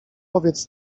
powiedz